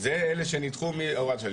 זה אלה שנדחו מהוראת השעה.